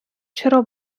چرا